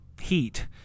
Heat